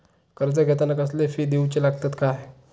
कर्ज घेताना कसले फी दिऊचे लागतत काय?